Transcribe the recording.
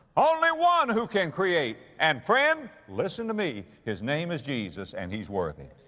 only one who can create. and friend, listen to me, his name is jesus and he's worthy.